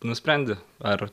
nusprendi ar